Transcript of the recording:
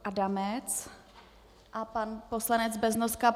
Adamec a pan poslanec Beznoska.